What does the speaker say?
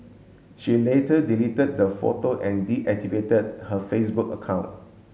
she later deleted the photo and deactivated her Facebook account